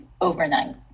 overnight